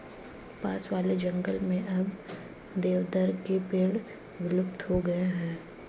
पास वाले जंगल में अब देवदार के पेड़ विलुप्त हो गए हैं